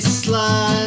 slide